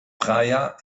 praia